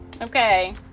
okay